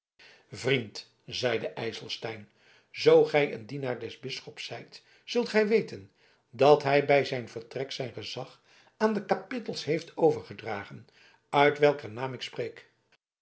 vriend zeide ijselstein zoo gij een dienaar des bisschops zijt zult gij weten dat hij bij zijn vertrek zijn gezag aan de kapittels heeft overgedragen uit welker naam ik spreek